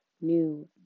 new